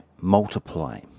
multiply